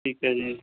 ਠੀਕ ਹੈ ਜੀ